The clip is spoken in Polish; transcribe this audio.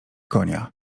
konia